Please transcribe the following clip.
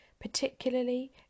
Particularly